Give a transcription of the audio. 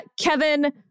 Kevin